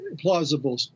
plausible